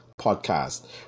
podcast